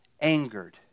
angered